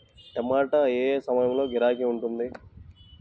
టమాటా ఏ ఏ సమయంలో గిరాకీ ఉంటుంది?